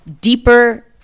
deeper